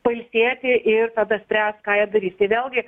pailsėti ir tada spręs ką jie darys tai vėlgi